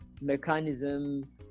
mechanism